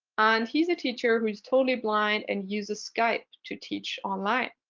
and he's a teacher who is totally blind and uses skype to teach online.